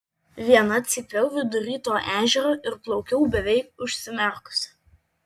viena cypiau vidury to ežero ir plaukiau beveik užsimerkusi